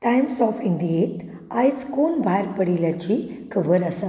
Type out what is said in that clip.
Times of इंडियेत आयज कोण भायर पडिल्ल्याची खबर आसा